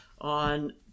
on